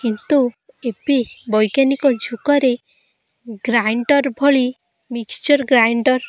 କିନ୍ତୁ ଏବେ ବୈଜ୍ଞାନିକ ଯୁଗରେ ଗ୍ରାଇଣ୍ଡର୍ ଭଳି ମିକ୍ସଚର୍ ଗ୍ରାଇଣ୍ଡର୍